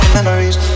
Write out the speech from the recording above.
Memories